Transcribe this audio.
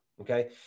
Okay